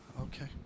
Okay